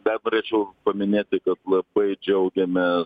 bet norėčiau paminėti kad labai džiaugiamės